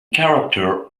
character